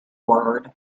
word